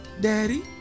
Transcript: daddy